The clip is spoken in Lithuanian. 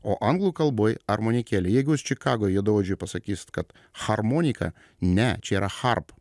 o anglų kalboj armonikėlė jeigu jūs čikagoj juodaodžiui pasakys kad harmonika ne čia yra harp